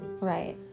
Right